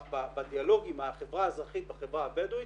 בדיאלוג עם החברה האזרחית בחברה הבדואית,